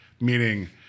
meaning